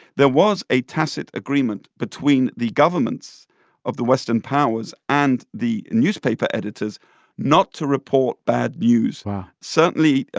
there was a tacit agreement between the governments of the western powers and the newspaper editors not to report bad news wow certainly,